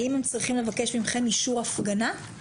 האם הם צריכים לבקש מכם אישור הפגנה?